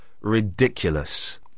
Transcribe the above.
ridiculous